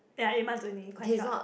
ya eight marks only quite short